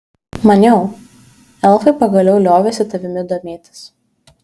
maniau elfai pagaliau liovėsi tavimi domėtis